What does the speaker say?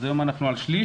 אז היום אנחנו על 1/3,